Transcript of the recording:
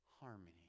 harmony